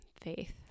faith